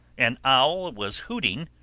an owl was hooting,